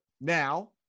now